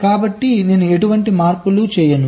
కాబట్టి నేను ఎటువంటి మార్పులు చేయను